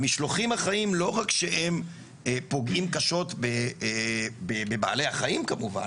המשלוחים החיים לא רק שהם פוגעים קשות בבעלי החיים כמובן,